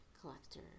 collector